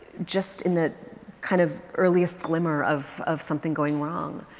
just in the kind of earliest glimmer of of something going wrong.